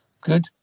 Good